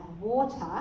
water